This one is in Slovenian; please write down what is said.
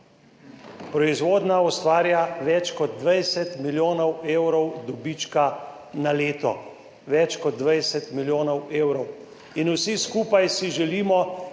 Proizvodnja ustvarja več kot 20 milijonov evrov dobička na leto, več kot 20 milijonov evrov! Vsi skupaj si želimo, da